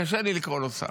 קשה לי לקרוא לו שר.